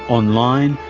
online,